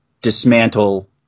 dismantle